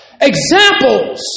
examples